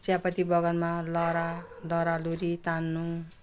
चियापत्ती बगानमा लहरा लहरालुहुरी तान्नु